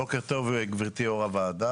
בוקר טוב גבירתי יו"ר הוועדה.